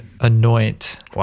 anoint